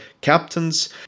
captains